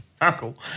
Uncle